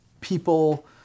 people